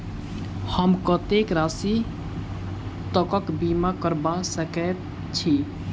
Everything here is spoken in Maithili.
हम कत्तेक राशि तकक बीमा करबा सकैत छी?